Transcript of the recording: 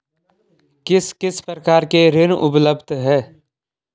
किस किस प्रकार के ऋण उपलब्ध हैं?